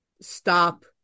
stop